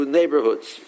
neighborhoods